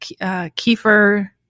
Kiefer